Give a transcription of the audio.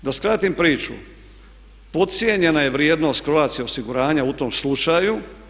Da skratim priču, podcijenjena je vrijednost Croatia osiguranja u tom slučaju.